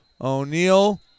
O'Neill